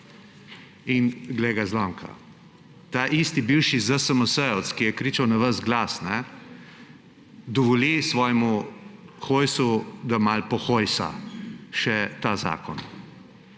In glej ga zlomka! Ta isti bivši ZSMS-jevec, ki je kričal na ves glas, dovoli svojemu Hojsu, da malo pohojsa še ta zakon.